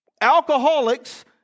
Alcoholics